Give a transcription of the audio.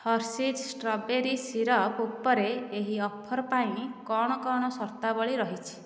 Hershey's strawberry syrup ଉପରେ ଏହି offer ପାଇଁ କ'ଣ କ'ଣ ସର୍ତ୍ତାବଳୀ ରହିଛି